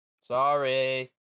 Sorry